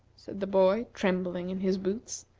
the boy, trembling in his boots.